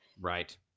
Right